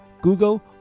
Google